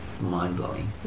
mind-blowing